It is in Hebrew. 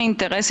חלק מהארגונים